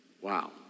Wow